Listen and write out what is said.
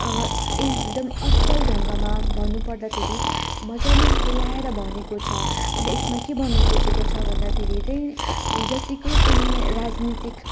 एकदम असल ढङ्गमा भन्नु पर्दाखेरि मजाले केलाएर भनेको छ अनि यसमा के भन्नु खोजेको छ भन्दाखेरि त्यही जतिकै पनि राजनीतिक